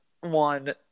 one